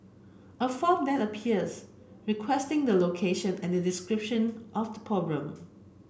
a form then appears requesting the location and a description of the problem